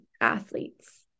athletes